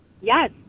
Yes